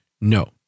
No